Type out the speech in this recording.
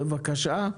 בבקשה,